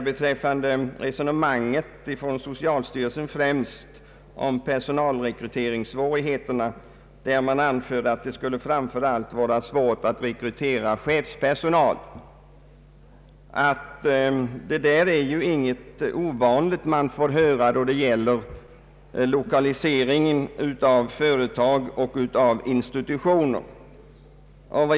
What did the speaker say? Det resonemang som socialstyrelsen för om personalrekryteringssvårigheterna och som går ut på att det framför allt skulle vara svårt att rekrytera chefspersonal är inte ovanligt, och man får ofta höra det då det gäller lokaliseringen av företag och institutioner.